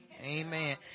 Amen